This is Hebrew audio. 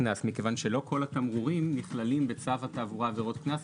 קנס כי לא כל התמרורים נכללים בצו התעבורה עבירות קנס,